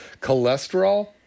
cholesterol